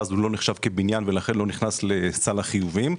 אז הוא לא נחשב כבניין ולכן לא נכנס לסל החיובים,